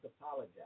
apologize